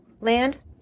land